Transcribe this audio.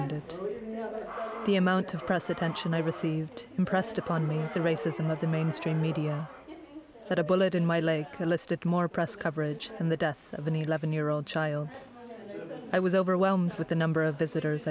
and the amount of press attention i received impressed upon me the racism of the mainstream media that a bullet in my leg listed more press coverage than the death of an eleven year old child i was overwhelmed with the number of visitors